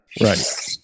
right